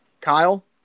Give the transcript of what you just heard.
kyle